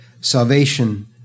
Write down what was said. Salvation